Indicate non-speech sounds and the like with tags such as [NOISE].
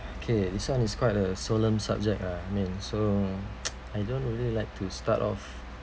okay this one is quite a solemn subject ah min so [NOISE] I don't really like to start off